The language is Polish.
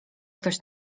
ktoś